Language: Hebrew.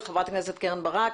חברת הכנסת קרן ברק,